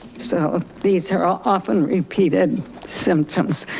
so these are often repeated symptoms.